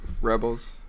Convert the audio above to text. rebels